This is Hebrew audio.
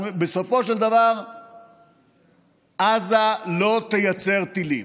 בסופו של דבר עזה לא תייצר טילים,